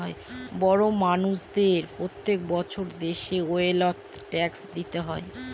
বড় মানষদের প্রত্যেক বছর দেশের ওয়েলথ ট্যাক্স দিতে হয়